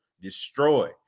destroy